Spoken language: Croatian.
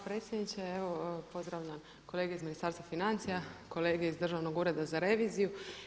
predsjedniče, pozdravljam kolege iz Ministarstva financija, kolege iz Državnog ureda za reviziju.